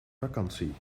vakantie